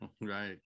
Right